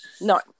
No